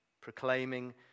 proclaiming